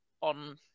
on